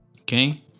Okay